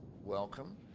Welcome